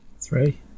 three